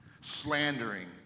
slandering